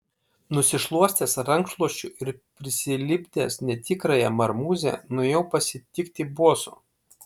nusišluostęs rankšluosčiu ir prisilipdęs netikrąją marmūzę nuėjau pasitikti boso